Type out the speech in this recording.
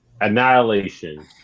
Annihilation